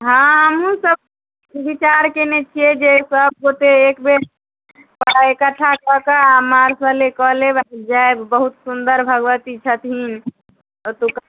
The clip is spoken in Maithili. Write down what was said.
हँ हमहुँ सब विचार कयने छियै जे सब गोटे एक बेर इकट्ठा कए कऽ आओर मार्सले कए लेब जायब बहुत सुन्दर भगवती छथिन ओतुका